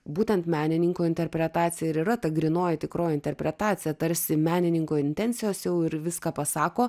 būtent menininko interpretacija ir yra ta grynoji tikroji interpretacija tarsi menininko intencijos jau ir viską pasako